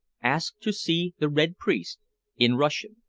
ask to see the red priest in russian,